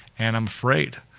and i'm afraid.